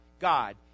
God